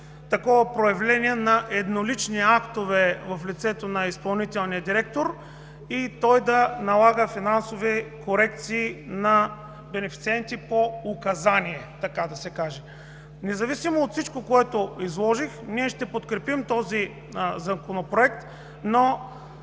такова проявление на еднолични актове в лицето на изпълнителния директор и той да налага финансови корекции на бенефициенти по указание, така да се каже. Независимо от всичко, което изложих, ние ще подкрепим този законопроект, но